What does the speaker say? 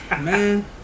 Man